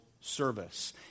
service